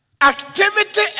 activity